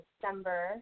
December